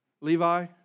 Levi